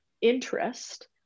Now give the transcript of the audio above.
interest